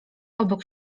obok